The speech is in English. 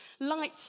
light